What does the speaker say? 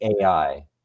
AI